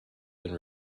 been